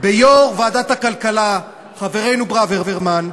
ביושב-ראש ועדת הכלכלה, חברנו ברוורמן,